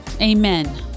Amen